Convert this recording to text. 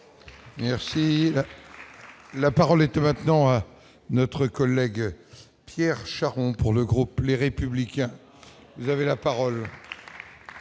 Merci. La parole est maintenant notre collègue Pierre Charon pour le groupe, les républicains. Vous avez la parole.